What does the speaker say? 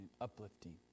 uplifting